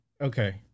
okay